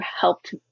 helped